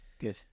Good